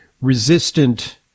resistant